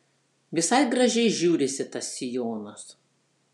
visai gražiai žiūrisi tas sijonas